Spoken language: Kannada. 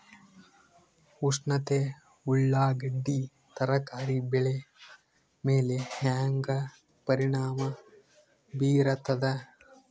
ಉಷ್ಣತೆ ಉಳ್ಳಾಗಡ್ಡಿ ತರಕಾರಿ ಬೆಳೆ ಮೇಲೆ ಹೇಂಗ ಪರಿಣಾಮ ಬೀರತದ?